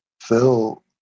Phil